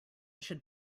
should